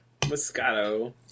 Moscato